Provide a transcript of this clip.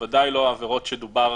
בוודאי לא העבירות שדובר